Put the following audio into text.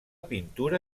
pintura